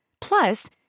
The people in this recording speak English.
Plus